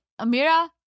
Amira